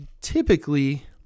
typically